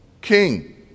king